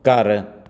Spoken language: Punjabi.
ਘਰ